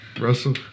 Russell